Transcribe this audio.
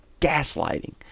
gaslighting